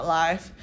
life